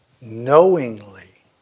knowingly